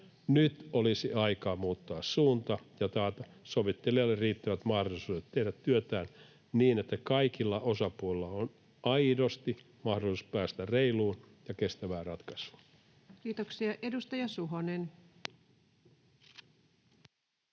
Nyt olisi aika muuttaa suunta ja taata sovittelijalle riittävät mahdollisuudet tehdä työtään niin, että kaikilla osapuolilla on aidosti mahdollisuus päästä reiluun ja kestävää ratkaisuun. [Speech 84] Speaker: